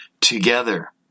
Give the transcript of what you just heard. together